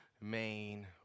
main